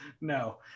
No